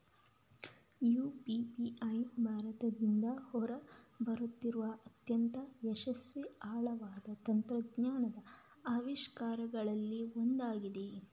UPI ಭಾರತದಿಂದ ಹೊರ ಬರುತ್ತಿರುವ ಅತ್ಯಂತ ಯಶಸ್ವಿ ಆಳವಾದ ತಂತ್ರಜ್ಞಾನದ ಆವಿಷ್ಕಾರಗಳಲ್ಲಿ ಒಂದಾಗಿದೆ